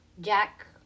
Jack